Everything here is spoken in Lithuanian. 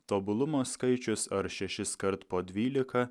tobulumo skaičius ar šešiskart po dvylika